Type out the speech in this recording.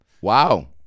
Wow